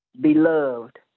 beloved